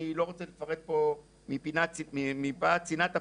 אני לא רוצה לפרט פה מפאת צנעת הפרט,